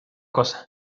cosa